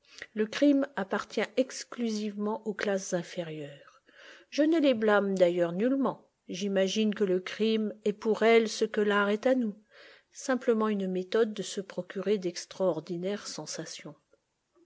le crime appartient exclusivement aux classes inférieures je ne les blâme d'ailleurs nullement j'imagine que le crime est pour elles ce que l'art est à nous simplement une méthode de se procurer d'extraordinaires sensations